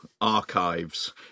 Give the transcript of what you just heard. archives